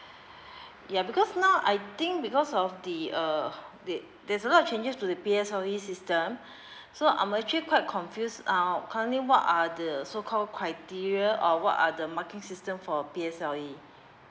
ya because now I think because of the uh the there's a lot changes to the P_S_L_E system so I'm actually quite confuse uh currently what are the so call criteria or what are the marking system for P_S_L_E